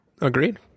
Agreed